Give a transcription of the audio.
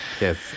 yes